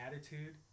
attitude